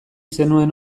zenuen